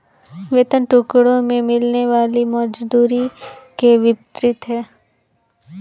वेतन टुकड़ों में मिलने वाली मजदूरी के विपरीत है